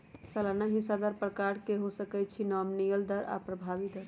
सलाना हिस्सा दर प्रकार के हो सकइ छइ नॉमिनल दर आऽ प्रभावी दर